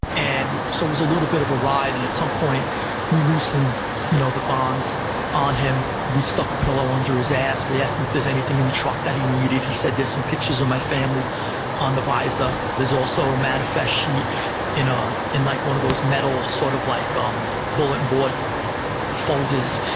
and so it was a little bit of a ride, and at some point we loosened you know the bonds on him and we stuck a pillow under his ass. we asked him if there's anything in the truck that he needed. he said, there's some pictures of my family on the visor. there's also a manifest sheet in like one of those metal sort of like um bulletin board folders.